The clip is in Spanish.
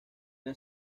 las